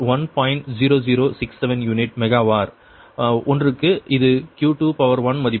0067 unit megawatt ஒன்றுக்கு இது Q21 மதிப்பு